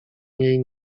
niej